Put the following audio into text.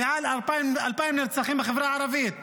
מעל 2,000 נרצחים בחברה הערבית.